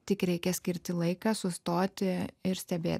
tik reikia skirti laiką sustoti ir stebėti